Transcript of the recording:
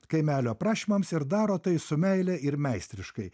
kaimelio prašymams ir daro tai su meile ir meistriškai